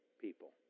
people